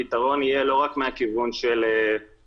הפתרון יהיה לא רק מהכיוון של לאפשר